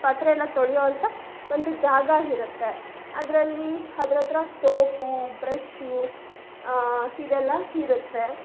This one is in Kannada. ಪಾತ್ರೆಯೆಲ್ಲ ತೊಳೆಯೋಂಥ ಒಂದು ಜಾಗ ಇರತ್ತೆ ಅದರಲ್ಲಿ ಅದ್ರ ಹತ್ರ ಸೋಪು ಬ್ರಷ್ಷು ಇದೆಲ್ಲ ಇರುತ್ತೆ